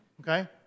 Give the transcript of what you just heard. okay